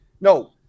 No